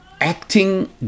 acting